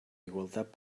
igualtat